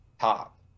top